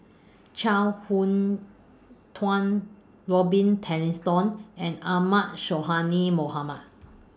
Chuang Hui Tsuan Robin Tessensohn and Ahmad Sonhadji Mohamad